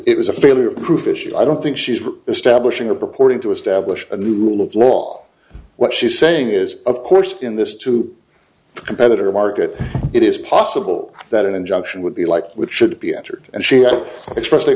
it was a failure of proof issued i don't think she's establishing a purporting to establish a new rule of law what she's saying is of course in this too competitive market it is possible that an injunction would be like what should be entered and she express